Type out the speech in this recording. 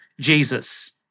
Jesus